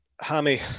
Hammy